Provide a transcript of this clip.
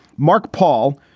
mark paul,